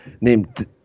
named